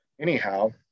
Anyhow